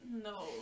No